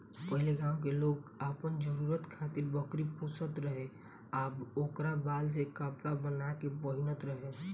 पहिले गांव के लोग आपन जरुरत खातिर बकरी पोसत रहे आ ओकरा बाल से कपड़ा बाना के पहिनत रहे